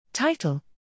Title